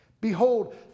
Behold